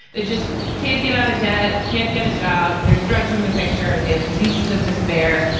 that just can't get out of debt, can't get a job. there's drugs in the picture. they have diseases of despair,